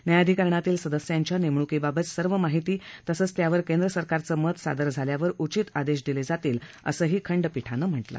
न्यायाधिकरणातील सदस्यांच्या नेमणूकीबाबत सर्व माहिती तसंच त्यावर केंद्र सरकारचं मत सादर झाल्यावर उचित आदेश दिले जातील असंही खंडपीठानं म्हटलं आहे